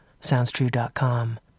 SoundsTrue.com